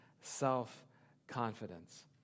self-confidence